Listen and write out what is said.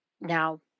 now